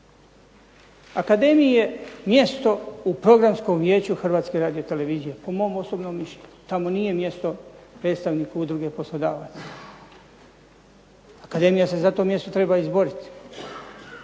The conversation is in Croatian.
Akademiji je mjesto u Programskom vijeću Hrvatske radiotelevizije po mom osobnom mišljenju. Tamo nije mjesto predstavniku udruge poslodavaca. Akademija se za to mjesto treba izboriti,